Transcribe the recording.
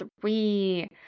three